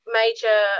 major